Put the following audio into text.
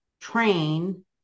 train